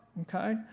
okay